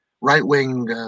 right-wing